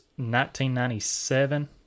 1997